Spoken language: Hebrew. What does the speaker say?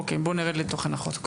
אוקיי, בואו נרד לתוכן החוק.